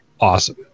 awesome